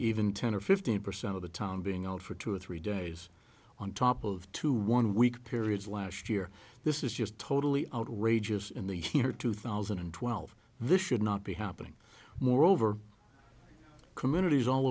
even ten or fifteen percent of the time being out for two or three days on top of two one week periods last year this is just totally outrageous in the year two thousand and twelve this should not be happening moreover communities all